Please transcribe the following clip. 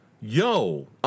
Yo